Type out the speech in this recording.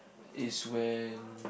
is when